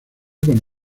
con